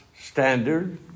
standard